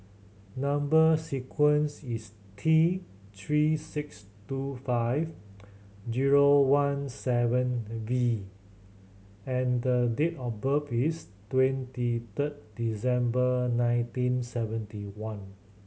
number sequence is T Three six two five zero one seven V and the date of birth is twenty third December nineteen seventy one